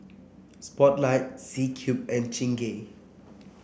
Spotlight C Cube and Chingay